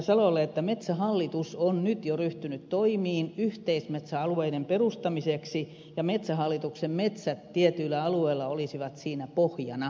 salolle että metsähallitus on nyt jo ryhtynyt toimiin yhteismetsäalueiden perustamiseksi ja metsähallituksen metsät tietyillä alueilla olisivat siinä pohjana